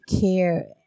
care